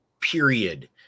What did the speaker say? period